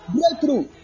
Breakthrough